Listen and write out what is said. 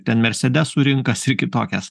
ten mersedesų rinkas ir kitokias